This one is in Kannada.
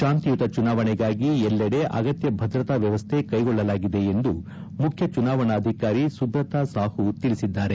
ಶಾಂತಿಯುತ ಚುನಾವಣೆಗಾಗಿ ಎಲ್ಲೆಡೆ ಅಗತ್ಯ ಭದ್ರತಾ ವ್ಣವಸ್ಥೆ ಕೈಗೊಳ್ಳಲಾಗಿದೆ ಎಂದು ಮುಖ್ಯ ಚುನಾವಣಾಧಿಕಾರಿ ಸುಬ್ರತ ಸಾಹೂ ತಿಳಿಸಿದ್ದಾರೆ